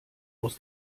aus